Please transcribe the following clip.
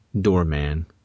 Doorman